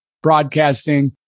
broadcasting